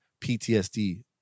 PTSD